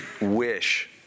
wish